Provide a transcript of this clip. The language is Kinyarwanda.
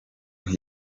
ngo